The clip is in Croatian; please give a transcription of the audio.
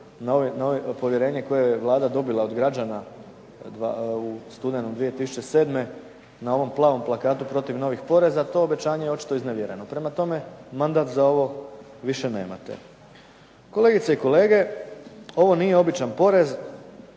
na ovo povjerenje koje je Vlada dobila od građana u studenom 2007. na ovom plavom plakatu protiv novih poreza, to obećanje je očito iznevjereno. Prema tome, mandat za ovo više nemate. Kolegice i kolege, ovo nije običan porez.